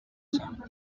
some